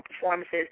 performances